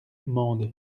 mende